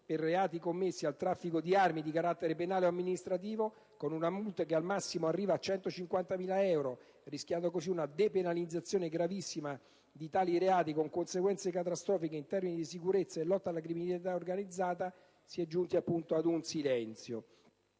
per reati connessi al traffico di armi di carattere penale o amministrativo con una multa che al massimo arriva a 150.000 euro, rischiando così una depenalizzazione gravissima di tali reati, con conseguenze catastrofiche in termini di sicurezza e lotta alla criminalità organizzata. Su questo c'è stato silenzio.